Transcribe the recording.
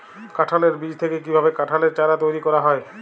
কাঁঠালের বীজ থেকে কীভাবে কাঁঠালের চারা তৈরি করা হয়?